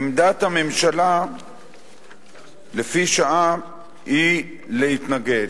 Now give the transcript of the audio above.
עמדת הממשלה לפי שעה היא להתנגד,